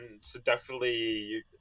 seductively